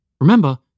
Remember